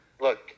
look